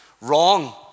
wrong